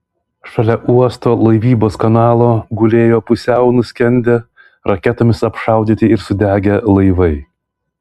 šalia uosto laivybos kanalo gulėjo pusiau nuskendę raketomis apšaudyti ir sudegę laivai